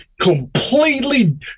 completely